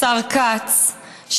השר כץ,